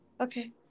Okay